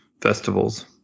festivals